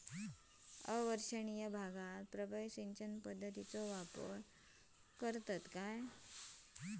अवर्षणिय भागात प्रभावी सिंचन पद्धतीचो वापर करतत काय?